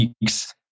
weeks